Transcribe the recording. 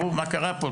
מה קרה פה,